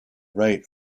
right